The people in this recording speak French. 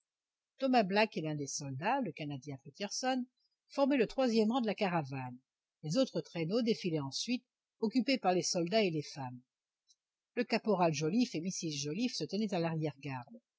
thomas black et l'un des soldats le canadien petersen formaient le troisième rang de la caravane les autres traîneaux défilaient ensuite occupés par les soldats et les femmes le caporal joliffe et mrs joliffe se tenaient à l'arrière-garde